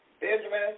Benjamin